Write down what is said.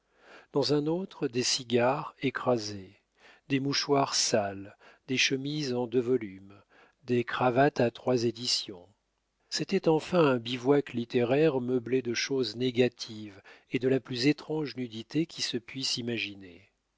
dans un autre des cigares écrasés des mouchoirs sales des chemises en deux volumes des cravates à trois éditions c'était enfin un bivouac littéraire meublé de choses négatives et de la plus étrange nudité qui se puisse imaginer